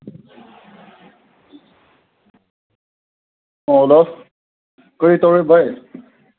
ꯑꯥ hello ꯀꯔꯤ ꯇꯧꯔꯤ ꯚꯥꯏ